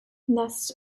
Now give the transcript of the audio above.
nests